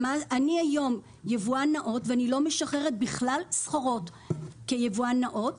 היום אני יבואן נאות ואני לא משחררת בכלל סחורות כיבואן נאות,